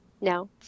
no